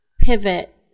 pivot